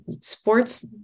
sports